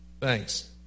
Thanks